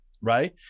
Right